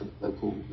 local